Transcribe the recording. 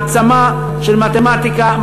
העצמה של מתמטיקה,